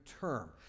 term